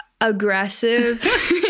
aggressive